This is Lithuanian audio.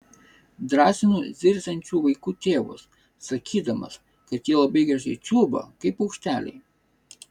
drąsinu zirziančių vaikų tėvus sakydamas kad jie labai gražiai čiulba kaip paukšteliai